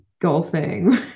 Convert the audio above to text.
golfing